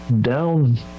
down